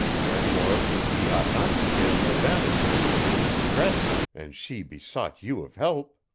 wherefore ye ought not to fail no damosel which is in distress, and she besought you of help.